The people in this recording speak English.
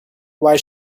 why